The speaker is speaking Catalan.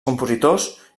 compositors